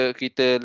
kita